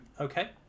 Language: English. Okay